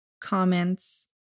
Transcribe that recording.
comments